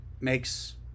makes